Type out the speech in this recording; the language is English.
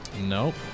Nope